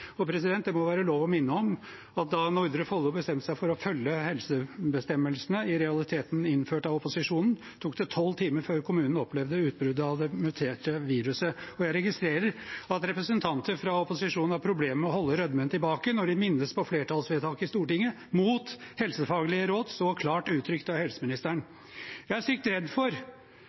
Det må være lov til å minne om at da Nordre Follo bestemte seg for å følge helsebestemmelsene, i realiteten innført av opposisjonen, tok det tolv timer før kommunen opplevde utbruddet av det muterte viruset. Jeg registrerer at representanter fra opposisjonen har problemer med å holde rødmen tilbake når de minnes på flertallsvedtaket i Stortinget, mot helsefaglige råd klart uttrykt av helseministeren. Jeg er stygt redd for